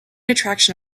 attraction